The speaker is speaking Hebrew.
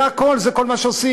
זה הכול, זה כל מה שעושים.